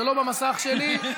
זה לא במסך שלי.